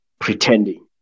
pretending